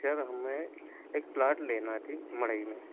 sir हमें एक plot लेना ठीक मई में